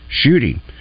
shooting